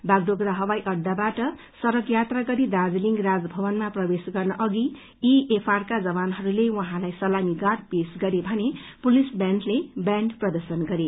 बागडोगरा हवाई अड्डाबाट सड़क यात्रा गरि दार्जीलिङ राजभवनमा प्रवेश गर्न अघि ईएफआर का जवानहरूले उहाँलाई सलामी र्गाड पेश गरे भने पुलिस बैण्डले बैण्ड प्रर्दशन गरे